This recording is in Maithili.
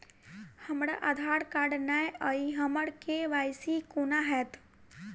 हमरा आधार कार्ड नै अई हम्मर के.वाई.सी कोना हैत?